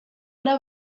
una